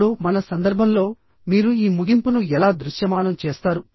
ఇప్పుడు మన సందర్భంలో మీరు ఈ ముగింపును ఎలా దృశ్యమానం చేస్తారు